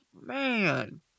Man